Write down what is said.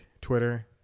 Twitter